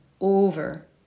over